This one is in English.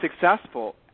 successful